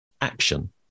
action